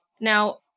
Now